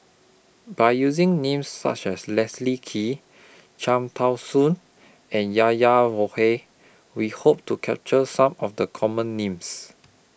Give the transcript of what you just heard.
By using Names such as Leslie Kee Cham Tao Soon and Yahya We Hope to capture Some of The Common Names